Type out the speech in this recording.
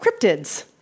cryptids